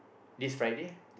this Friday